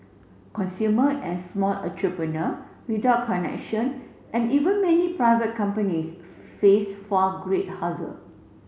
consumer and small entrepreneur without connection and even many private companies face far great hazer